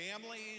families